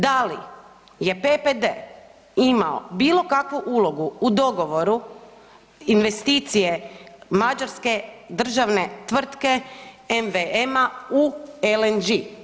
Da li je PPD imao bilo kakvu ulogu u dogovoru investicije Mađarske državne tvrtke MVM u LNG?